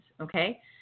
okay